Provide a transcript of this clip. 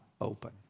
open